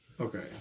Okay